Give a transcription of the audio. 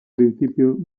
principio